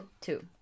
two